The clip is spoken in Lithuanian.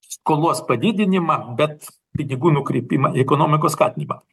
skolos padidinimą bet pinigų nukreipimą į ekonomikos skatinimą